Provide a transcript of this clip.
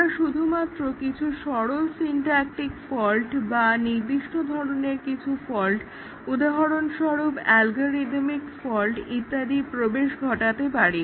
আমরা শুধুমাত্র কিছু সরল সিনটাক্টিক ফল্ট এবং নির্দিষ্ট ধরনের কিছু ফল্ট উদাহরণস্বরূপ অ্যালগোরিদমিক ফল্ট ইত্যাদির প্রবেশ ঘটাতে পারি